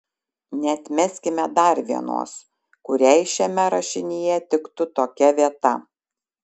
neatmeskime dar vienos kuriai šiame rašinyje tiktų tokia vieta